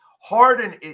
Harden